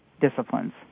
disciplines